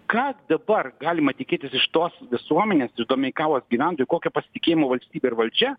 ką dabar galima tikėtis iš tos visuomenės iš domeikavos gyventojų kokio pasitikėjimo valstybe ir valdžia